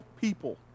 people